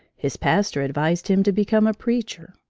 his pastor advised him to become a preacher.